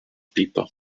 people